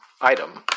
item